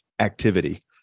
activity